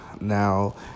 now